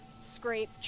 scrape